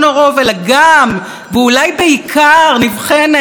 נבחנת בשמירה על זכויות המיעוט שמעת?